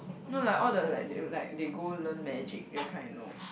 no like all the like like they go learn magic that kind you know